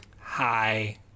hi